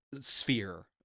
sphere